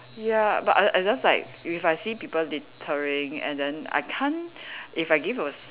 ya but I I just like if I see people littering and then I can't if I give a